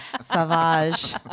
Savage